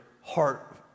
heart